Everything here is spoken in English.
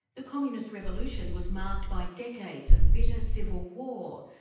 the communist revolution was marked by decades of bitter civil war,